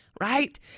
right